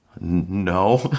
No